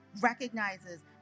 recognizes